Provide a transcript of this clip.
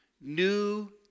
new